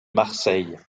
marseille